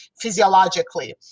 physiologically